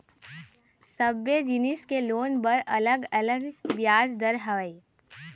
सबे जिनिस के लोन बर अलग अलग बियाज दर हवय